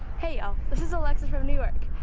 hey, y'all. this is alexa from new york.